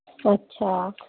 अच्छा